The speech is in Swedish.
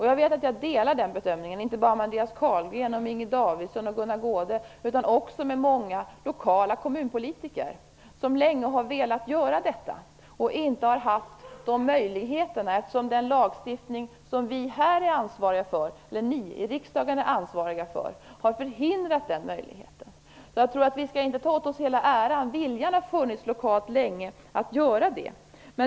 Jag vet att jag delar den bedömningen inte bara med Andreas Carlgren, Ingrid Davidson och Gunnar Goude utan också med många kommunpolitiker som länge har velat göra detta men inte har haft den möjligheten, eftersom den lagstiftning som ni här i riksdagen är ansvariga för har förhindrat den möjligheten. Vi skall inte ta åt oss hela äran, för viljan har funnits lokalt länge för att göra det här.